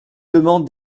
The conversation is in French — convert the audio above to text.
demande